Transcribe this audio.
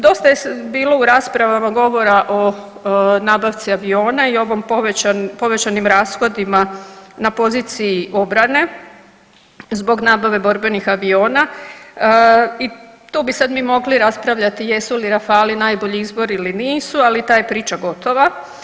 Dosta je bilo u raspravama govora o nabavci aviona i ovom povećanim rashodima na poziciji obrane zbog nabave borbenih aviona i tu bi sad mi mogli raspravljati jesu li rafali najbolji izbor ili nisu, ali ta je priča gotova.